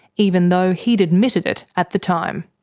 even though he'd admitted it at the time.